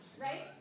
right